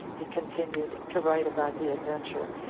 he continued to write about the adventure,